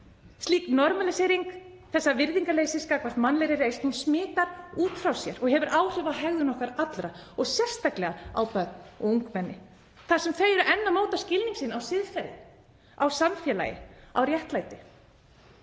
slík normalísering þessa virðingarleysis gagnvart mannlegri reisn smitar út frá sér og hefur áhrif á hegðun okkar allra og sérstaklega á börn og ungmenni þar sem þau eru enn að móta skilning sinn á siðferði, á samfélagi, á réttlæti.